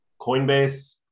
Coinbase